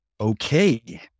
Okay